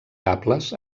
cables